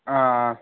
हां